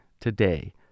today